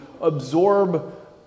absorb